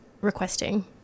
requesting